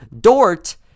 Dort